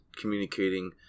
communicating